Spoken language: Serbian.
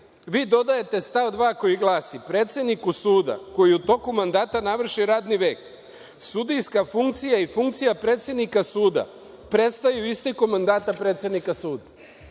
vi dodajete stav 2. koji glasi: „Predsedniku suda koji u toku mandata navrši radni vek, sudijska funkcija i funkcija predsednika suda prestaju istekom mandata predsednika suda“.